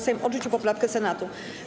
Sejm odrzucił poprawkę Senatu.